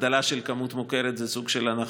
הגדלה של כמות מוכרת היא סוג של הנחה,